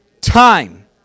time